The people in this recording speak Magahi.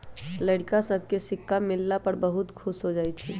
लइरका सभके सिक्का मिलला पर बहुते खुश हो जाइ छइ